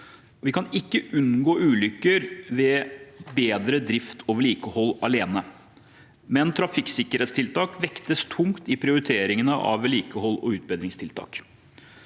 Vi kan ikke unngå ulykker ved bedre drift og vedlikehold alene, men trafikksikkerhetstiltak vektes tungt i prioriteringen av vedlikehold og utbedringstiltak.